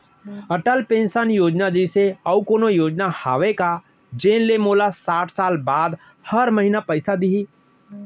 Atal pension Yojana जइसे अऊ कोनो योजना हावे का जेन ले मोला साठ साल बाद हर महीना पइसा दिही?